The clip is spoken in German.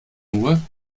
nur